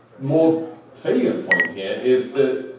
more salient point here is that.